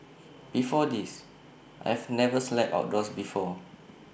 before this I've never slept outdoors before